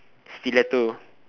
stiletto